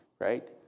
right